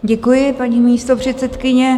Děkuji, paní místopředsedkyně.